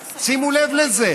שימו לב לזה.